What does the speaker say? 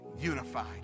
unified